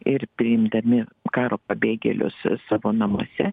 ir priimdami karo pabėgėlius savo namuose